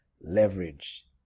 leverage